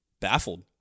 baffled